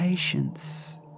Patience